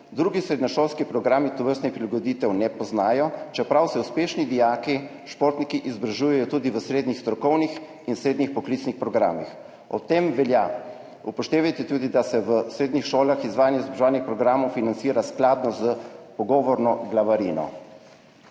Drugi srednješolski programi tovrstnih prilagoditev ne poznajo, čeprav se uspešni dijaki – športniki izobražujejo tudi v srednjih strokovnih in srednjih poklicnih programih. Ob tem velja upoštevati tudi, da se v srednjih šolah izvajanje izobraževalnih programov financira skladno s pogovorno glavarino.